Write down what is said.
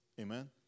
Amen